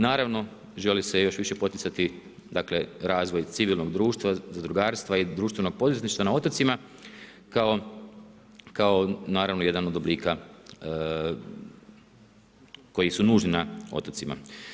Naravno želi se još više poticati dakle razvoj civilnog društva, zadrugarstva i društvenog poduzetništva na otocima kao naravno jedan od oblika koji su nužni na otocima.